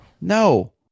no